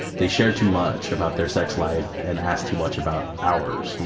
they shared too much about their sex life and asked too much about ours,